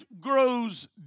grows